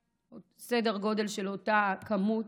סדר גודל של אותו מספר כמעט,